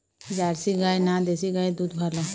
Jersey গাই না দেশী গাইয়ের দুধ ভালো?